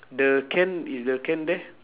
the can is the can there